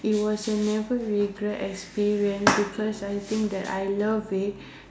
it was a never regret experience because I think that I love it